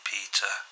Peter